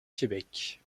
québec